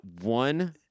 one